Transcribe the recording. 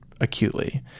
acutely